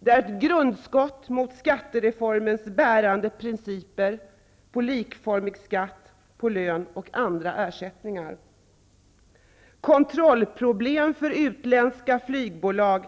Det är ett grundskott mot skattereformens bärande principer om likformig skatt på lön och andra ersättningar. Att det finns kontrollproblem när det gäller utländska flygbolag